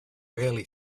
really